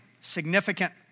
Significant